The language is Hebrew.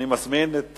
אני מזמין את